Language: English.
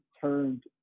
turned